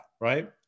right